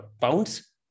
pounds